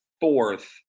fourth